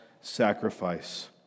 sacrifice